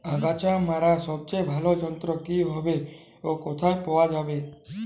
আগাছা মারার সবচেয়ে ভালো যন্ত্র কি হবে ও কোথায় পাওয়া যাবে?